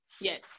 Yes